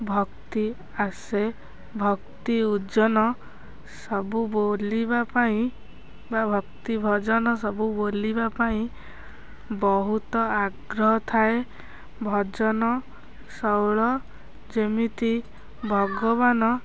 ଭକ୍ତି ଆସେ ଭକ୍ତି ଭଜନ ସବୁ ବୋଲିବା ପାଇଁ ବା ଭକ୍ତି ଭଜନ ସବୁ ବୋଲିବା ପାଇଁ ବହୁତ ଆଗ୍ରହ ଥାଏ ଭଜନଶଉଳ ଯେମିତି ଭଗବାନ